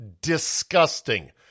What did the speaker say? Disgusting